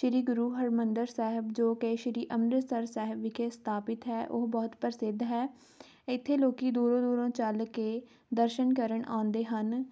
ਸ਼੍ਰੀ ਗੁਰੂ ਹਰਿਮੰਦਰ ਸਾਹਿਬ ਜੋ ਕਿ ਸ਼੍ਰੀ ਅੰਮ੍ਰਿਤਸਰ ਸਾਹਿਬ ਵਿਖੇ ਸਥਾਪਿਤ ਹੈ ਉਹ ਬਹੁਤ ਪ੍ਰਸਿੱਧ ਹੈ ਇੱਥੇ ਲੋਕ ਦੂਰੋਂ ਦੂਰੋਂ ਚੱਲ ਕੇ ਦਰਸ਼ਨ ਕਰਨ ਆਉਂਦੇ ਹਨ